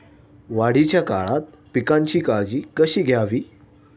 वाढीच्या काळात पिकांची काळजी कशी घ्यावी?